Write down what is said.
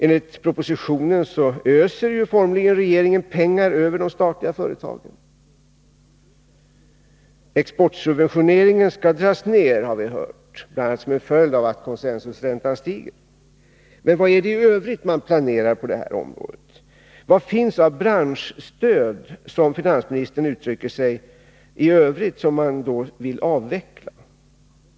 Enligt propositonen formligen öser regeringen pengar över de statliga företagen. Exportsubventioneringen skall dras ner, har vi hört, bl.a. som en följd av att consensus-räntan stiger. Vad är det i övrigt man planerar på detta område? Vad finns det för branschstöd, som finansministern uttrycker sig, som man vill avveckla?